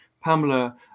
Pamela